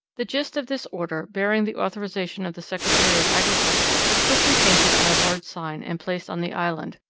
the gist of this order, bearing the authorization of the secretary of agriculture, was quickly painted on a large sign, and placed on the island,